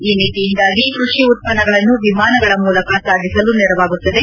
ಈ ನೀತಿಯಿಂದಾಗಿ ಕೃಷಿ ಉತ್ಸನ್ನಗಳನ್ನು ವಿಮಾನಗಳ ಮೂಲಕ ಸಾಗಿಸಲು ನೆರವಾಗುತ್ತದೆ